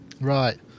Right